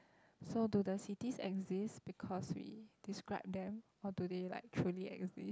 so do the cities exist because we describe them or do they like truly exist